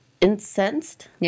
incensed